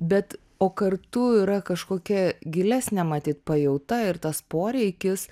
bet o kartu yra kažkokia gilesnė matyt pajauta ir tas poreikis